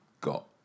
got